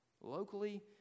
locally